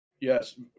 Yes